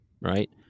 right